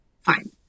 fine